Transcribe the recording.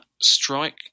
strike